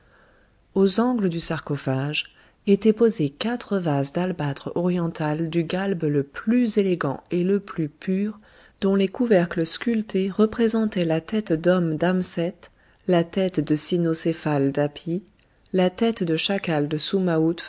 aux angles du sarcophage étaient posés quatre vases d'albâtre oriental du galbe le plus élégant et le plus pur dont les couvercles sculptés représentaient la tête d'homme d'amset la tête de cynocéphale d'hapi la tête de chacal de